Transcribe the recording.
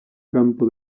campo